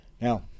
Now